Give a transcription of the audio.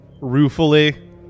ruefully